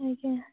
ଆଜ୍ଞା